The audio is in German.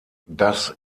das